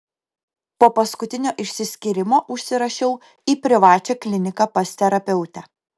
po paskutinio išsiskyrimo užsirašiau į privačią kliniką pas terapeutę